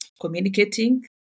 communicating